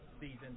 season